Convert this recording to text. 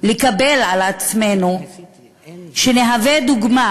לקבל על עצמנו שנהווה דוגמה,